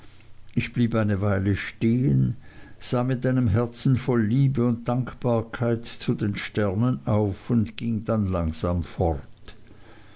ich blieb eine weile stehen sah mit einem herzen voll liebe und dankbarkeit zu den sternen auf und ging dann langsam fort